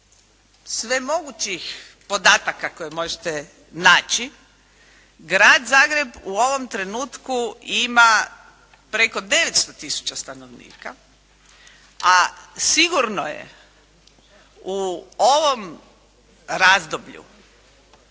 svemogućih podataka koje možete naći grad Zagreb u ovom trenutku ima preko 900 tisuća stanovnika a sigurno je u ovom razdoblju